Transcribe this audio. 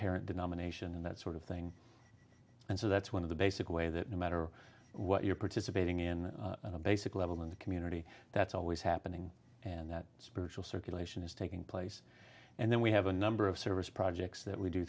parent denomination and that sort of thing and so that's one of the basic way that no matter what you're participating in a basic level in the community that's always happening and that spiritual circulation is taking place and then we have a number of service projects that we do